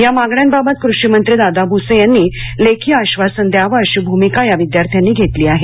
या मागण्यांबाबत कृषिमंत्री दादा भूसे यांनी लेखी आश्वासन द्यावे अशी भूमिका या विद्यार्थ्यांनी घेतली आहे